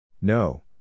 No